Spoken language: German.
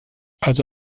also